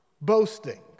boasting